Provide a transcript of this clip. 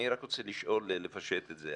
אני רק רוצה לפשט את זה.